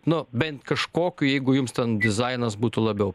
nu bent kažkokiu jeigu jums ten dizainas būtų labiau